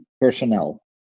personnel